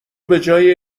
بجای